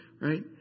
Right